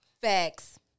Facts